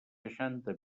seixanta